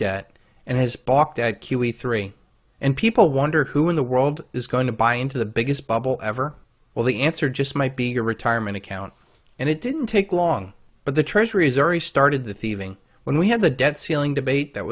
debt and has balked at q e three and people wonder who in the world is going to buy into the biggest bubble ever well the answer just might be your retirement account and it didn't take long but the treasury has already started the thieving when we had the debt ceiling debate that